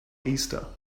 easter